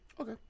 Okay